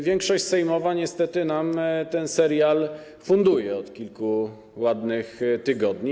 Większość sejmowa niestety nam ten serial funduje od kilku ładnych tygodni.